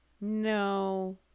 No